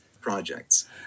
projects